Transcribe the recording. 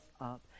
up